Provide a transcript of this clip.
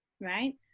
right